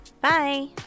Bye